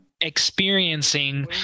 experiencing